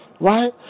Right